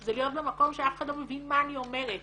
זה להיות במקום שאף אחד לא מבין מה אני אומרת.